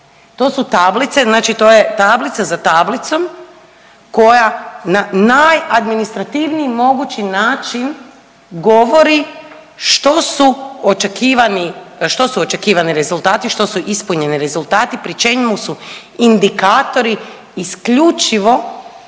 To su tablice, znači to je tablica za tablicom koja na najadministrativniji mogući način govori što su očekivani rezultati što su ispunjeni rezultati pri čemu su indikatori isključivo